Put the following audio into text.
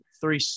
three –